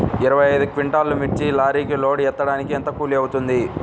ఇరవై ఐదు క్వింటాల్లు మిర్చి లారీకి లోడ్ ఎత్తడానికి ఎంత కూలి అవుతుంది?